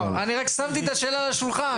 אני רק שמתי את השאלה על השולחן.